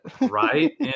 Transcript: Right